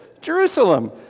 Jerusalem